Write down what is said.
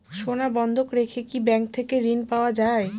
সোনা বন্ধক রেখে কি ব্যাংক থেকে ঋণ পাওয়া য়ায়?